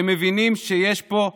מבינים שיש פה גיהינום.